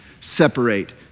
separate